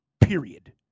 Period